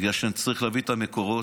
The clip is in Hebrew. בגלל שנצטרך להביא את המקורות.